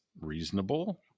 reasonable